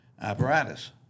apparatus